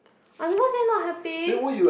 I never say not happy